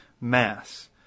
mass